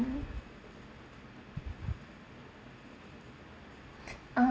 uh